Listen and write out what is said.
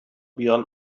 beyond